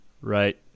Right